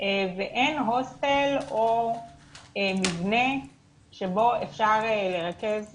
ואין הוסטל או מבנה שבו אפשר לרכז מבודדים.